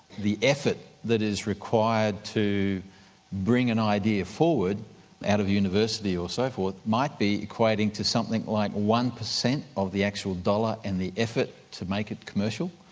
the effort that is required to bring an idea forward out of a university or so forth might be equating to something like one percent of the actual dollar and the effort to make it commercial.